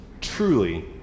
truly